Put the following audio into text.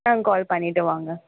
ஆ call பண்ணிவிட்டு வாங்க